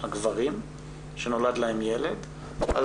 הגברים שנולד להם ילד על